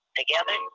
together